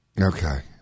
Okay